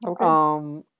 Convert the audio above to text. Okay